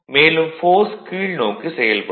மேலும் ஃபோர்ஸ் கீழ்நோக்கி செயல்படும்